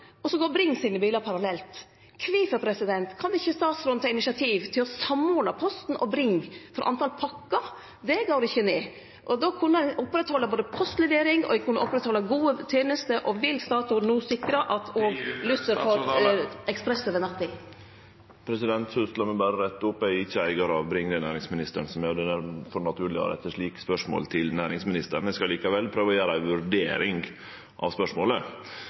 parallelt. Kvifor kan ikkje statsråden ta initiativ til å samordne Posten og Bring? For talet på pakkar går ikkje ned – og då kunne ein halde ved lag både postlevering og gode tenester. Vil statsråden no sikre at Luster får nattekspress? Først, la meg berre rette opp: Eg er ikkje eigar av Bring, det er det næringsministeren som er. Det er difor naturleg å rette slike spørsmål til han. Eg skal likevel prøve å gjere ei vurdering av spørsmålet.